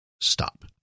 stop